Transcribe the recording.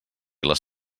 les